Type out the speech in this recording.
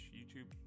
YouTube